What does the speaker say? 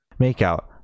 Makeout